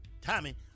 Tommy